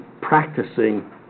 practicing